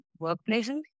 workplaces